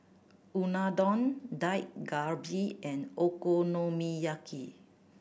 Unadon Dak Galbi and Okonomiyaki